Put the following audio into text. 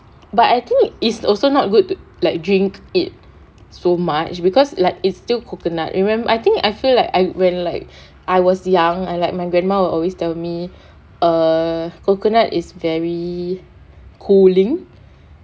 but I think is also not good to like drink it so much because like it's still coconut remember I think I feel like I when like I was young I like my grandma will always tell me err coconut is very cooling